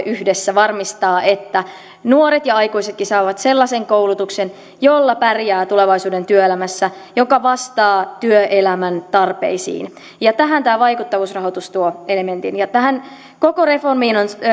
yhdessä varmistaa että nuoret ja aikuisetkin saavat sellaisen koulutuksen jolla pärjää tulevaisuuden työelämässä ja joka vastaa työelämän tarpeisiin ja tähän tämä vaikuttavuusrahoitus tuo elementin tähän koko reformiin on